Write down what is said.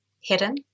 Hidden